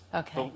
okay